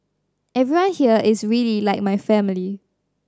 everyone here is really like family